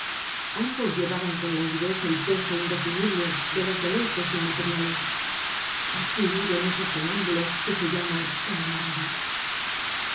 ambos llevaban con languidez el peso indefinible de los deleites inmateriales asi viven esos somnámbulos que se llaman enamorados ah